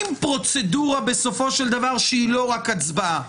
פרוצדורה בסופו של דבר שהיא לא רק הצבעה.